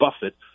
Buffett